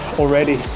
already